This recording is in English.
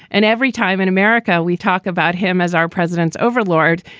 and every time in america we talk about him as our president's overlord,